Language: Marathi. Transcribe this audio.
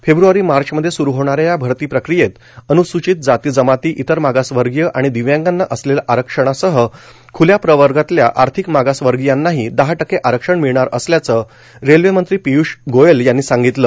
फेब्रवारी मार्च मध्ये सुरु होणाऱ्या या भरती प्रक्रियेत अनुसुचित जाती जमाती इतर मागासवर्गीय आणि दिव्यांगांना असलेल्या आरक्षणासह खुल्या प्रवर्गातल्या आर्थिक मागासवर्गीयांनाही दहा टक्के आरक्षण मिळणार असल्याचं रेल्वेमंत्री पियूष गोयल यांनी सांगितलं